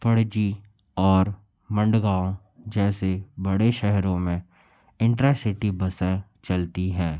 पणजी और मंडगाँव जैसे बड़े शहरो में इंट्रासिटी बसें चलती हैं